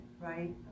right